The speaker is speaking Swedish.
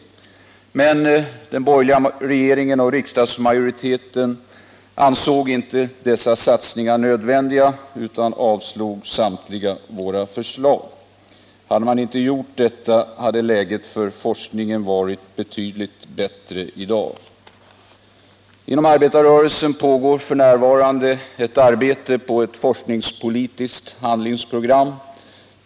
Men den borgerliga regeringen och riksdagsmajoriteten ansåg inte dessa satsningar vara nödvändiga utan avslog samtliga våra förslag. Hade man inte gjort detta, hade läget för forskningen varit betydligt bättre i dag. Inom arbetarrörelsen pågår f.n. ett arbete på ett forskningspolitiskt handlingsprogram.